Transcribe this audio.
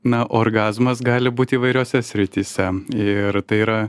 na orgazmas gali būti įvairiose srityse ir tai yra